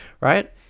right